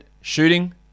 shooting